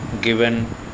given